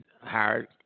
hired